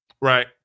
Right